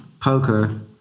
poker